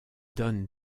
donne